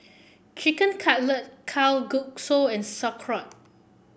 Chicken Cutlet Kalguksu and Sauerkraut